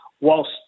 whilst